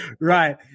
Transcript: Right